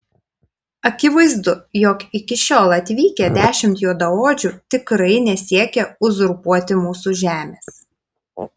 akivaizdu jog iki šiol atvykę dešimt juodaodžių tikrai nesiekia uzurpuoti mūsų žemės